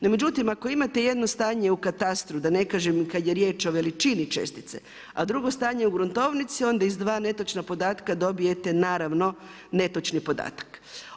No međutim ako imate jedno stanje u katastru, da ne kažem i kada je riječ o veličini čestice, a drugo stanje u gruntovnici, onda iz dva netočna podatka dobijete naravno netočni podatak.